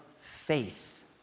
faith